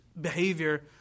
behavior